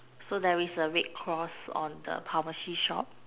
so there is a red cross on the pharmacy shop